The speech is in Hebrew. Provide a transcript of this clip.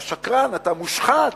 אתה שקרן, אתה מושחת,